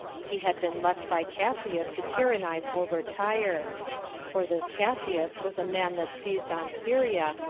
he had been left by cassius to tyrannize over tyre for this cassius was a man that seized on syria,